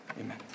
Amen